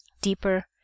deeper